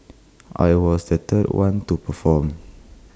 I was the third one to perform